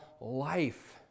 life